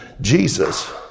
Jesus